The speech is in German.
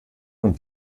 und